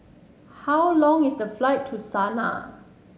how long is the flight to Sanaa